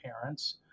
parents